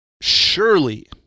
surely